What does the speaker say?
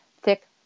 thick